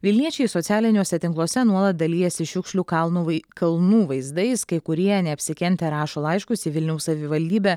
vilniečiai socialiniuose tinkluose nuolat dalijasi šiukšlių kalnu vai kalnų vaizdais kai kurie neapsikentę rašo laiškus į vilniaus savivaldybę